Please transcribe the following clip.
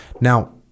Now